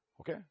Okay